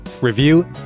review